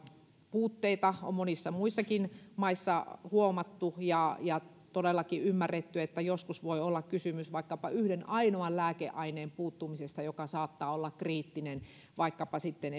puutteita on monissa muissakin maissa huomattu ja ja todellakin ymmärretty että joskus voi olla kysymys vaikkapa yhden ainoan lääkeaineen puuttumisesta joka saattaa olla kriittistä vaikkapa sitten